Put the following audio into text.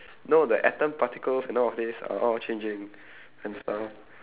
no the atom particles and all of these are all changing and stuff